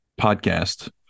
podcast